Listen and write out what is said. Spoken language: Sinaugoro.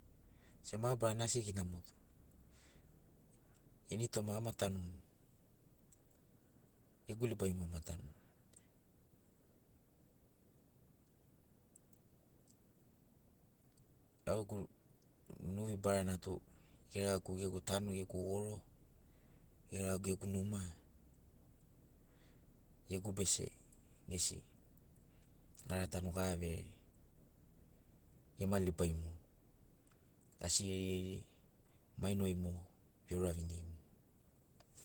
Sena mabarana asigina mogo ini toma ama tanuni gegu libai mo atanuni au gegu nuvi barana tu geregagu gegu tano gegu goro geregagu gegu numa gegu bese gesi gara tanu gara verere gema libai mogo asi eiri eiri maino ai mogo